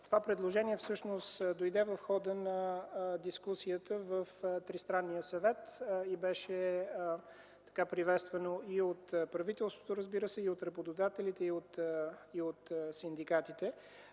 Това предложение всъщност дойде в хода на дискусията в Тристранния съвет и беше приветствано от правителството, от работодателите и от синдикатите.